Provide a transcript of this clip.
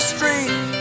Street